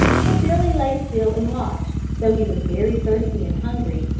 but billy lay still and watched, though he was very thirsty and hungry,